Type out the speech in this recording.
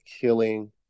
killing